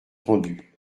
rendu